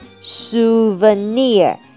souvenir